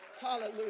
Hallelujah